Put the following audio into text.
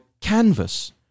canvas